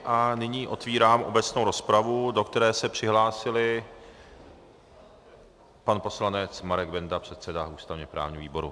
A nyní otevírám obecnou rozpravu, do které se přihlásili pan poslanec Marek Benda, předseda ústavněprávního výboru.